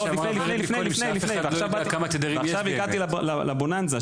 עכשיו הגעתי לבוננזה,